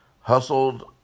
hustled